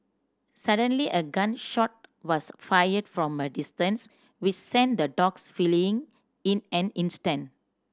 suddenly a gun shot was fired from a distance which sent the dogs fleeing in an instant